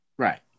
Right